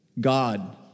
God